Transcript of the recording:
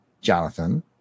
Jonathan